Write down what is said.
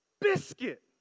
biscuit